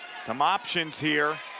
some options here